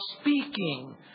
speaking